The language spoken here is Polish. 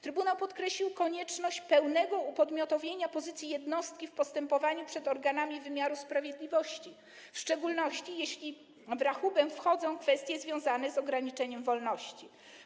Trybunał podkreślił konieczność pełnego upodmiotowienia pozycji jednostki w postępowaniu przed organami wymiaru sprawiedliwości, w szczególności jeśli w rachubę wchodzą kwestie związane z ograniczeniem wolności.